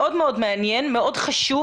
מאוד מאוד מעניין, מאוד חשוב.